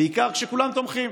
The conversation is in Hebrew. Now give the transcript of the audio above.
בעיקר כשכולם תומכים.